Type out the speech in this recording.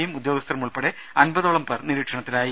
യും ഉദ്യോഗസ്ഥരും ഉൾപ്പെടെ അമ്പതോളം പേർ നിരീക്ഷണത്തിലായി